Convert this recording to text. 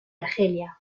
argelia